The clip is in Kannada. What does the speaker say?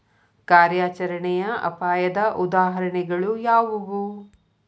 ಕಾರ್ಯಾಚರಣೆಯ ಅಪಾಯದ ಉದಾಹರಣೆಗಳು ಯಾವುವು